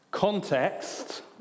Context